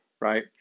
right